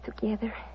together